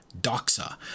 doxa